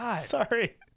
Sorry